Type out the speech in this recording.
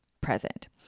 present